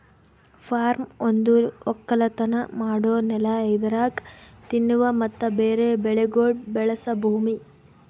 form ಒಂದು ಒಕ್ಕಲತನ ಮಾಡೋ ನೆಲ ಇದರಾಗ್ ತಿನ್ನುವ ಮತ್ತ ಬೇರೆ ಬೆಳಿಗೊಳ್ ಬೆಳಸ ಭೂಮಿ